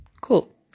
cool